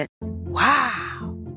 Wow